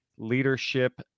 leadership